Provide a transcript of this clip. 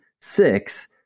six